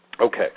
Okay